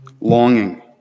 longing